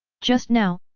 just now,